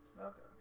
Okay